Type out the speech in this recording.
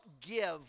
give